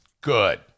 good